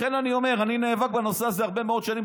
לכן אני אומר, אני נאבק בנושא הזה הרבה מאוד שנים.